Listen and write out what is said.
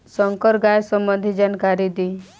संकर गाय संबंधी जानकारी दी?